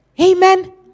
Amen